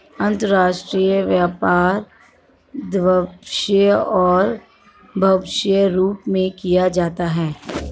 अंतर्राष्ट्रीय व्यापार द्विपक्षीय और बहुपक्षीय रूप में किया जाता है